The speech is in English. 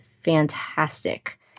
fantastic